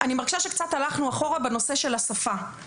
אני מרגישה שהלכנו אחורה בנושא של השפה.